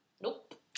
Nope